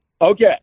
Okay